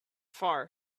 far